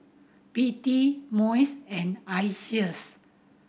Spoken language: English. P T MUIS and ISEAS